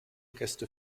gäste